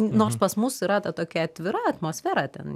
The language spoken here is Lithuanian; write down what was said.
nors pas mus yra ta tokia atvira atmosfera ten